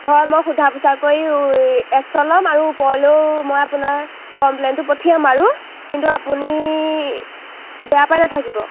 হয় মই সোধা পোচা কৰি এই একশ্যন ল'ম আৰু ওপৰলৈও মই আপোনাৰ কমপ্লেইণ্টটো পঠিয়াম বাৰু কিন্তু আপুনি বেয়া পাই নাথাকিব